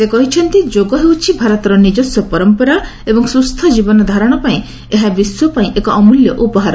ସେ କହିଛନ୍ତି ଯୋଗ ହେଉଛି ଭାରତର ନିଜସ୍ୱ ପରମ୍ପରା ଏବଂ ସୁସ୍ଥ ଜୀବନ ଧାରଣ ପାଇଁ ଏହା ବିଶ୍ୱପାଇଁ ଏକ ଅମ୍ବଲ୍ୟ ଉପହାର